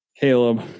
Caleb